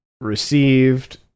received